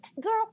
girl